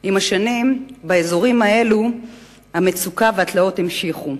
עם השנים, באזורים האלו המצוקה והתלאות המשיכו.